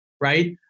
right